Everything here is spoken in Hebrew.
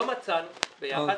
לא מצאנו ביחד,